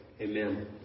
Amen